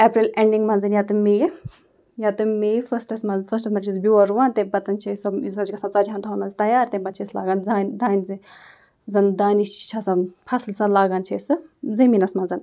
April اٮ۪نڈِنٛگ منٛز یا تہٕ مے یہِ یا تہٕ مے فٔسٹَس منٛز فٔسٹَس منٛز چھِ أسۍ بیول رُوان تَمہِ پَتَن چھِ أسۍ سۄ سۄ چھِ گژھان ژَتجیٖہَن دۄہَن منٛز تیار تَمہِ پَتہٕ چھِ أسۍ لاگان زانہِ دانہِ زِ یُس زَنہٕ دانہِ یہِ چھِ آسان فصل سۄ لاگان چھِ أسۍ سُہ زٔمیٖنَس منٛز